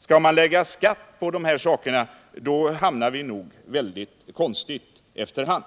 Skall man lägga skatt på dessa företeelser, då hamnar vi nog så småningom i en väldigt konstig situation.